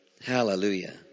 Hallelujah